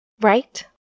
right